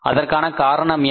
அதற்கான காரணம் என்ன